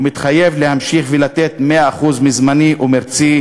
ואני מתחייב להמשיך ולתת 100% זמני ומרצי